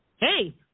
Hey